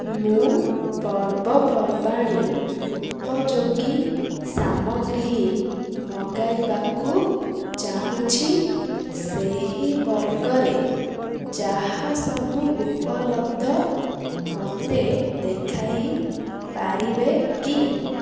ମୁଁ ପର୍ବପର୍ବାଣୀ ଉପଯୋଗୀ ସାମଗ୍ରୀ ହିଁ ମଗାଇବାକୁ ଚାହୁଁଛି ସେହି ବର୍ଗରେ ଯାହା ସବୁ ଉପଲବ୍ଧ ମୋତେ ଦେଖାଇ ପାରିବେ କି